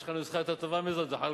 יש לך נוסחה יותר טובה מזו, זחאלקה?